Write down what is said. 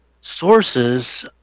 sources